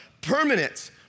permanent